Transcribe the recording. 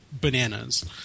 bananas